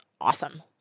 awesome